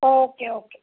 okay okay